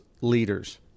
leaders